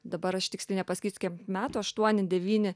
dabar aš tiksliai nepasakysiu kiek metų aštuoni devyni